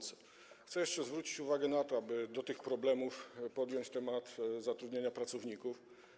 Chcę jeszcze zwrócić uwagę na to, aby obok tych problemów podjąć temat zatrudniania pracowników.